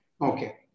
Okay